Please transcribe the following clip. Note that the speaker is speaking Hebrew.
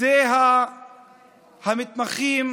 זה המתמחים